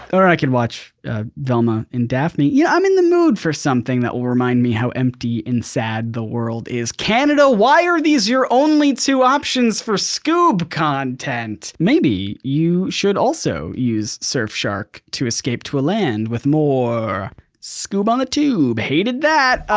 or i can watch velma and daphne. yeah i'm in the mood for something that will remind me how empty and sad the world is. canada, why are these your only two options for scoob content? maybe you should also use surfshark to escape to a land with more scoob-a ah tube, hated that.